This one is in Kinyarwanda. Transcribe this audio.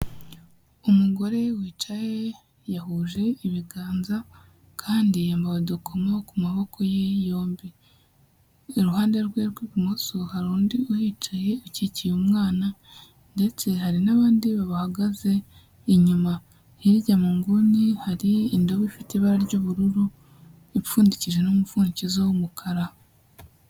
Umugore wicaye yahuje ibiganza kandi yambaye udukomo ku maboko ye yombi. Iruhande rwe rw'ibumoso hari undi uhicaye akikiye umwana ndetse hari n'abandi babahagaze inyuma, hirya mu nguni hari indobo ifite ibara ry'ubururu ipfundikishije n'umupfundikizo w'umukara.